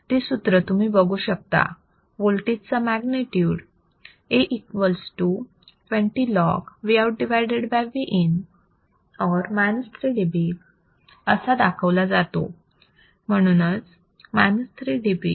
ते सूत्र तुम्ही इथे बघू शकता वोल्टेज चा magnitude A equals to 20logVout Vin or 3 dB असा दाखवला जातो